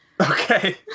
Okay